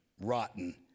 rotten